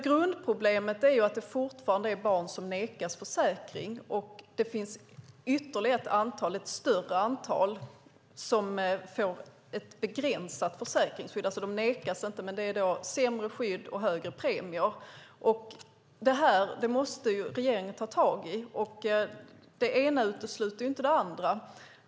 Grundproblemet är att det fortfarande finns barn som nekas försäkring, och det finns ett ytterligare större antal som får ett begränsat försäkringsskydd. De förnekas inte försäkring, men de får ett sämre skydd och högre premier. Det här måste regeringen ta tag i. Det ena utesluter ju inte det andra.